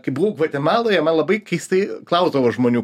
kai buvau gvatemaloje man labai keistai klausdavo žmonių